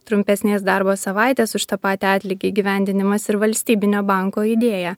trumpesnės darbo savaitės už tą patį atlygį įgyvendinimas ir valstybinio banko idėją